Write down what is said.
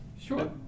Sure